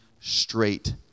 straight